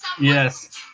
Yes